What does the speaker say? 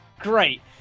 Great